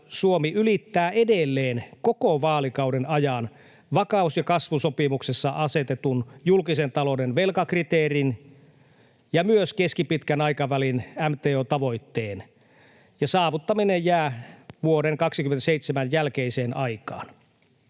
Suomi ylittää edelleen koko vaalikauden ajan vakaus- ja kasvusopimuksessa asetetun julkisen talouden velkakriteerin ja myös keskipitkän aikavälin MTO-tavoitteen saavuttaminen jää vuoden 27 jälkeiseen aikaan.